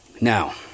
Now